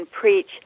preach